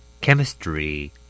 Chemistry